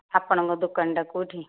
ଆପଣଙ୍କ ଦୋକାନଟା କେଉଁଠି